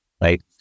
right